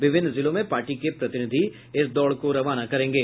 विभिन्न जिलों में पार्टी के प्रतिनिधि इस दौड़ को रवाना करेंगे